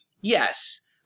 yes